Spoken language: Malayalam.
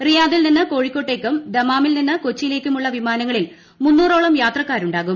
റിയാദിൽ നിന്ന് കോഴിക്കോട്ടേക്കും ദമാമിൽ നിന്ന് കൊച്ചിയിലേക്കുമുള്ള വിമാനങ്ങളിൽ മുന്നൂറോളം യാത്രക്കാരുാകും